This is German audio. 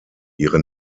ihre